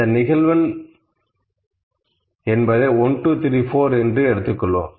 அந்த நிகழ்வெண் என்பதை 1 2 3 4 என்று எடுத்துக்கொள்வோம்